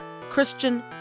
Christian